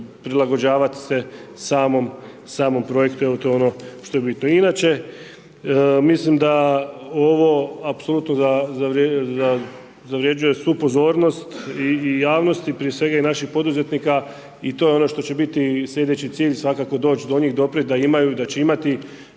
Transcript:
prilagođavat se samom projektu, evo to je ono što je bitno. Inače, mislim da ovo apsolutno da zavrjeđuje svu pozornost i javnosti prije svega i naših poduzetnika i to je ono što će biti slijedeći cilj, svakako doć do njih, doprijeti, da će imati